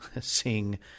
sing